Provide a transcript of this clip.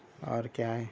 اور کیا ہے